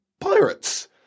pirates